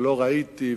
ולא ראיתי,